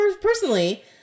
personally